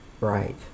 right